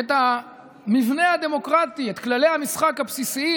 את המבנה הדמוקרטי, את כללי המשחק הבסיסיים.